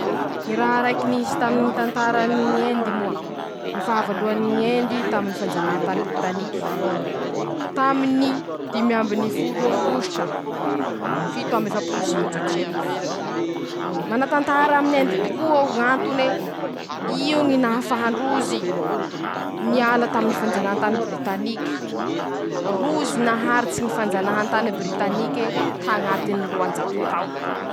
Ñy raha raiky nisy taminy tantarany ñ'Endy moa: ñy fahavaloany ñy Endy taminy fanjanahantany britanike, taminy dimy ambiny folo aogositra fito amby efapolo sivanjato sy arivo, mana tantara amin'Endy toko'eo, ñ'antone, io ñy nahafahandrozy niala taminy fanjanahantany britaniky, rozy naharitse ñy fanjanahantany britanike tañatiny ñy roanjato tao.